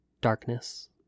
Darkness